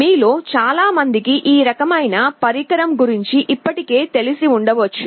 మీలో చాలామందికి ఈ రకమైన పరికరం గురించి ఇప్పటికే తెలిసి ఉండవచ్చు